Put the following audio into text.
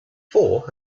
four